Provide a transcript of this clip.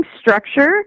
structure